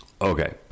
Okay